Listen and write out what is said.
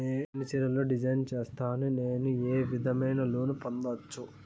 నేను చీరలు డిజైన్ సేస్తాను, నేను ఏ విధమైన లోను పొందొచ్చు